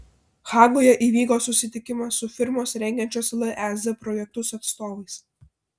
hagoje įvyko susitikimas su firmos rengiančios lez projektus atstovais